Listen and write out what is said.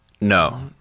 No